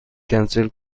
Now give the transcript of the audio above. کنسل